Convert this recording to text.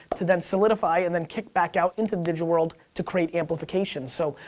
to then solidify, and then kick back out into the digital world to create amplification. so,